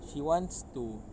she wants to